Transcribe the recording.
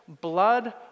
blood